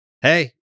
hey